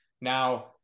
Now